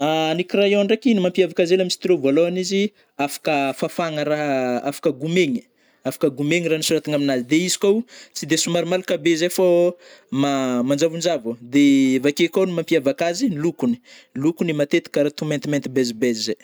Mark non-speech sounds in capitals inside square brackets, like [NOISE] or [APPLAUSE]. [HESITATION] Ny crayon ndraiky, ny mampiavaka azy hely am stylo vôlôhagny izy afaka [HESITATION] fafagna ra [HESITATION] afaka gomegny-afaka gomegny rah nisoratagna aminazy de izy kôho tsy de somary malaka be zay fô ma [HESITATION] manjavonjavo, de vake kô ny mampiavaka azy, lokony-lokony matetika kara to maintimainty beize beize zay.